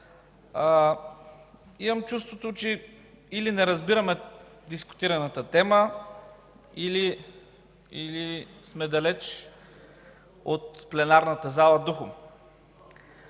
Имам чувството, че или не разбираме дискутираната тема, или сме далеч от пленарната зала духом.